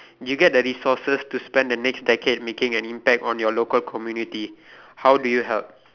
you get the resources to spend the next decade making an impact on your local community how do you help